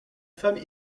femme